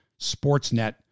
Sportsnet